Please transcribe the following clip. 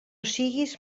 siguis